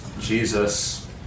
Jesus